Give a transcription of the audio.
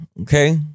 okay